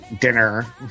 dinner